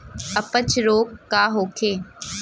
अपच रोग का होखे?